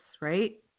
right